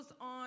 on